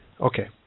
Okay